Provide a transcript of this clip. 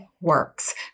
works